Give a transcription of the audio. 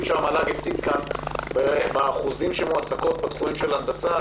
שהמל"ג הציג כאן על אחוזי ההעסקה בתחומי הנדסה,